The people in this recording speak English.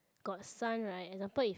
got sun right example if